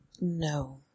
No